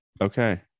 Okay